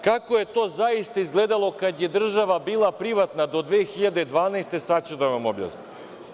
Kako je to zaista izgledalo kada je država bila privatna do 2012. godine, sada ću da vam objasnim.